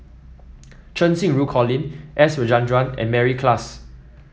Cheng Xinru Colin S Rajendran and Mary Klass